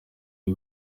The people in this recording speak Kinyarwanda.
iri